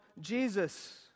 Jesus